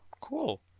Cool